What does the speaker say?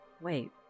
Wait